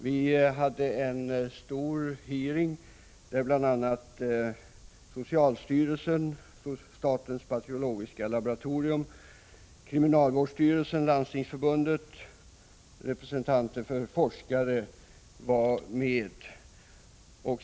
Vi anordnade en stor hearing, i vilken bl.a. socialstyrelsen, statens bakteriologiska laboratorium, kriminalvårdsstyrelsen, Landstingsförbundet och representanter för forskare deltog.